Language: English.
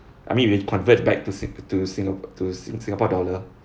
I mean when you convert back to sing~ to singa~ to singa~ singapore dollar